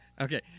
Okay